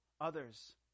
others